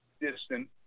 distant